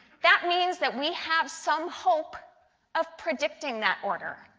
that means that we have some hope of predicting that order.